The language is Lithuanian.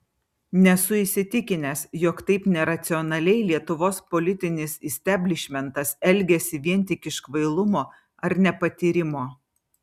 nesu įsitikinęs jog taip neracionaliai lietuvos politinis isteblišmentas elgiasi vien tik iš kvailumo ar nepatyrimo